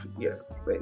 Yes